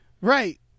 Right